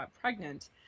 pregnant